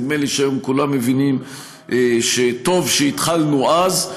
נדמה לי שהיום כולם מבינים שטוב שהתחלנו אז.